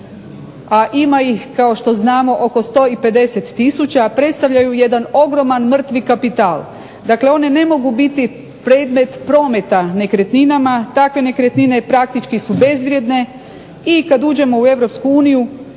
a ima ih kao što znamo oko 150 tisuća predstavljaju jedan ogroman mrtvi kapital. Dakle, one ne mogu biti predmet prometa nekretninama. Takve nekretnine praktički su bezvrijedne i kada uđemo u EU tko bi